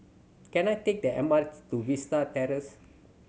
can I take the M R T to Vista Terrace